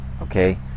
okay